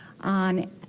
on